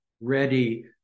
ready